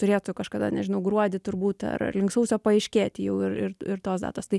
turėtų kažkada nežinau gruodį turbūt ar link sausio paaiškėti jau ir ir tos datos tai